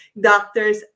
doctors